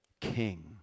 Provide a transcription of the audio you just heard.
King